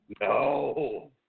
No